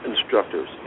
instructors